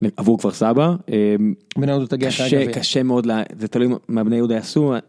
עבור כפר סבא. קשה, קשה מאוד ל... זה תלוי מה בני יהודה יעשו.